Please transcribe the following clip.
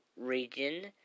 region